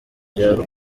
ibyara